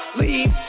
leave